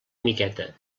miqueta